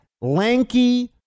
lanky